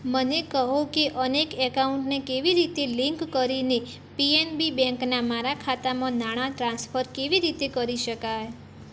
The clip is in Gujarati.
મને કહો કે અનેક એકાઉન્ટને કેવી રીતે લિંક કરીને પી એન બી બેંકના મારા ખાતામાં નાણા ટ્રાન્સફર કેવી રીતે કરી શકાય